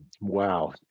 Wow